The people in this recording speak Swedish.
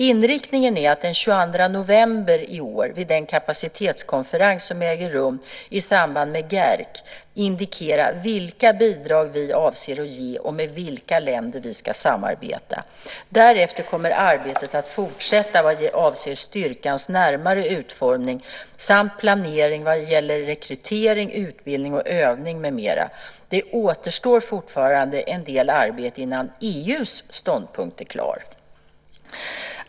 Inriktningen är att den 22 november i år, vid den kapacitetskonferens som äger rum i samband med GAERC, indikera vilka bidrag vi avser att ge och med vilka länder vi ska samarbeta. Därefter kommer arbetet att fortsätta vad avser styrkans närmare utformning samt planering vad avser rekrytering, utbildning och övning med mera. Det återstår fortfarande en del arbete innan EU:s ståndpunkt är klar.